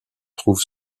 trouve